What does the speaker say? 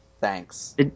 Thanks